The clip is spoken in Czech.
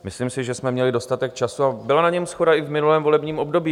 Myslím si, že jsme měli dostatek času a byla na něm shoda i v minulém volebním období.